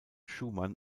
schumann